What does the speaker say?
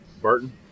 Burton